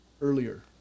earlier